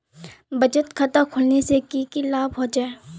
बचत खाता खोलने से की की लाभ होचे?